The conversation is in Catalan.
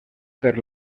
per